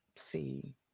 see